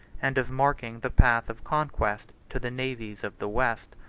and of marking the path of conquest to the navies of the west.